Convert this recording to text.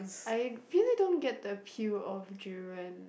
I really don't get the appeal of Durian